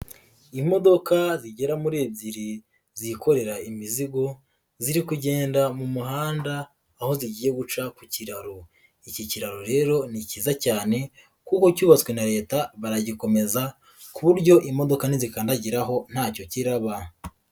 Imodoka zigera muri ebyiri zikorera imizigo ziri kugenda mu muhanda aho zigiye guca ku kiraro, iki kiraro rero ni kiza cyane kuko cyubatswe na Leta baragikomeza ku buryo imodoka nizikandagiraho ntacyo kiraba.